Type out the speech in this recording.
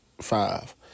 five